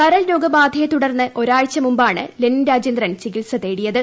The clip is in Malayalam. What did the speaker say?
കരൾ രോഗബാധയെ തുടർന്ന് ഒരാഴ്ചമുമ്പാണ് ലെനിൻ രാജേന്ദ്രൻ ചികിത്സ തേടിയത്